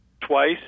twice